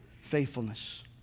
faithfulness